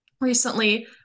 recently